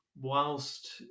whilst